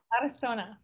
Arizona